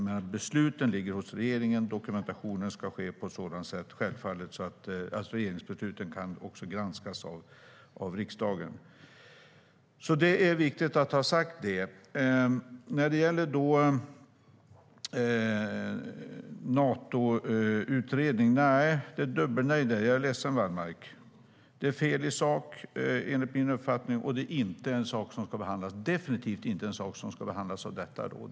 Men besluten ligger hos regeringen, och dokumentation ska självfallet ske på ett sådant sätt att regeringsbesluten kan granskas av riksdagen. Det är viktigt att ha sagt detta. När det gäller en Natoutredning är det dubbelnej - jag är ledsen, Hans Wallmark. Det är enligt min uppfattning fel i sak, och det är definitivt inte en sak som ska behandlas av detta råd.